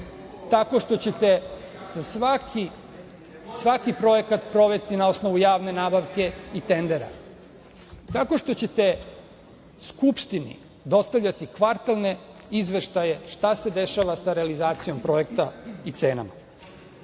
tako što ćete za svaki projekat provesti na osnovu javne nabavke i tendera, tako što ćete Skupštini dostavljati kvartalne izveštaje šta se dešava sa realizacijom projekta i cenama.